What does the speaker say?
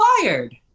fired